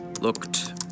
looked